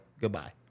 Goodbye